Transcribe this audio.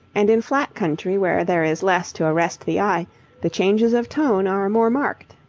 and in flat country where there is less to arrest the eye the changes of tone are more marked.